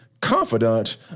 confidant